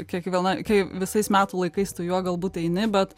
kiekviena kai visais metų laikais tu juo galbūt eini bet